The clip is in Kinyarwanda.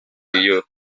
iyo